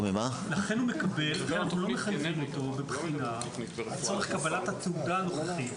לכן הוא מקבל --- ובחינה לצורך קבלת התעודה הנוכחית.